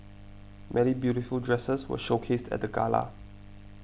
many beautiful dresses were showcased at the gala